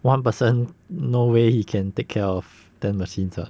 one person no way he can take care of ten machines ah